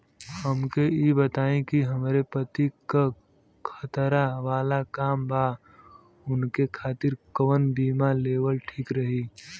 हमके ई बताईं कि हमरे पति क खतरा वाला काम बा ऊनके खातिर कवन बीमा लेवल ठीक रही?